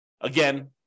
Again